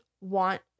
want